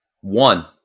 One